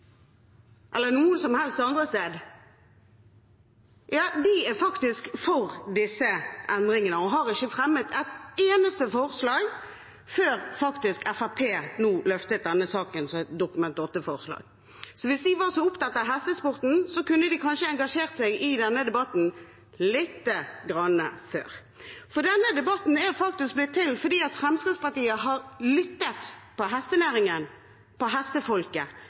eller noe som helst annet sted, er faktisk for disse endringene og har ikke fremmet et eneste forslag før Fremskrittspartiet nå løftet denne saken som et Dokument 8-forslag. Hvis de var så opptatt av hestesporten, kunne de kanskje engasjert seg i denne debatten lite grann før. Denne debatten er blitt til fordi Fremskrittspartiet har lyttet til hestenæringen og hestefolket